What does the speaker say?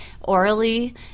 orally